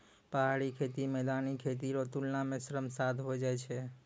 पहाड़ी खेती मैदानी खेती रो तुलना मे श्रम साध होय जाय छै